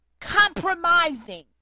Compromising